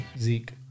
Zeke